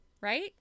right